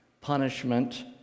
punishment